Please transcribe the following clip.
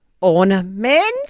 Ornaments